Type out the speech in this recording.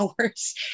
hours